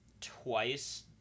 twice